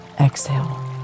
exhale